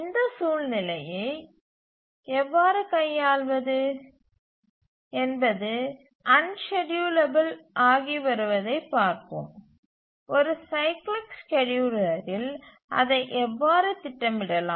இந்த சூழ்நிலையை எவ்வாறு கையாள்வது என்பது அன்ஸ்கேட்யூலபில் ஆகிவருவதைப் பார்ப்போம் ஒரு சைக்கிளிக் ஸ்கேட்யூலரில் அதை எவ்வாறு திட்டமிடலாம்